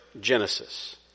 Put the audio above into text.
Genesis